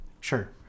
Sure